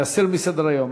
להסיר מסדר-היום?